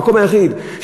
המקום היחיד,